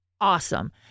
awesome